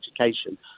education